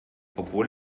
obwohl